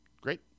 great